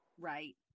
right